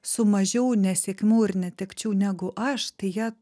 su mažiau nesėkmių ir netekčių negu aš tai jie